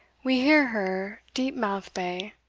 we hear her deep-mouthed bay,